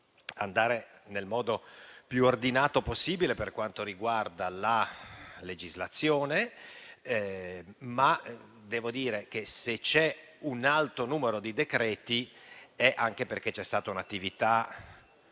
procedere nel modo più ordinato possibile per quanto riguarda la legislazione, ma devo dire che se c'è stato un alto numero di decreti è perché c'è stata un'attività